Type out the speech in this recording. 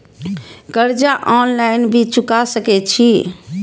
कर्जा ऑनलाइन भी चुका सके छी?